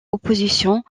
opposition